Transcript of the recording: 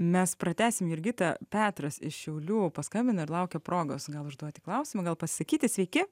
mes pratęsim jurgita petras iš šiaulių paskambino ir laukia progos gal užduoti klausimą gal pasisakyti sveiki